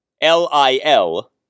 L-I-L